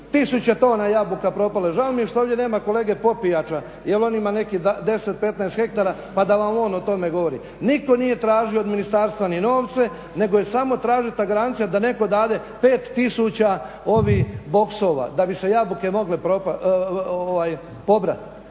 tisuće tona jabuka propale, žao mi je što ovdje nema kolege Popijača jer on ima nekih 10, 15 hektara pa da vam on o tome govori. Nitko nije tražio od ministarstva ni novce, nego je samo tražio tu garanciju da netko dade 5 tisuća ovih boksova da bi se jabuke mogle pobrati